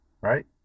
right